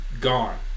Gone